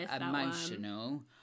emotional